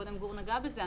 מקודם גור נגע בזה,